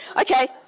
Okay